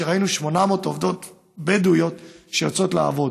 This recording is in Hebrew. כשראינו 800 עובדות בדואיות יוצאות לעבוד.